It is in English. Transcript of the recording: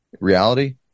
Reality